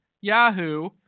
Yahoo